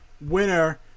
winner